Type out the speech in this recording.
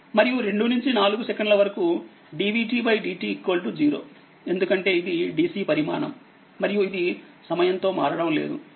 మరియు 2 నుంచి 4 సెకన్ల వరకు dv dt 0 ఎందుకంటే ఇది DC పరిమాణం మరియు ఇది సమయం తో మారడం లేదు